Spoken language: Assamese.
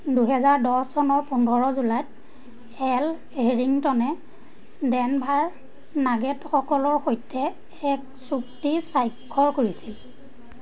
দুহেজাৰ দহ চনৰ পোন্ধৰ জুলাইত এল হেৰিংটনে ডেনভাৰ নাগেটসকলৰ সৈতে এক চুক্তি স্বাক্ষৰ কৰিছিল